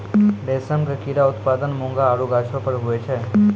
रेशम के कीड़ा उत्पादन मूंगा आरु गाछौ पर हुवै छै